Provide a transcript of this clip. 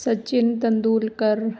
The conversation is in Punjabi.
ਸਚਿਨ ਤੰਦੂਲਕਰ